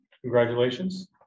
Congratulations